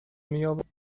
میاوردم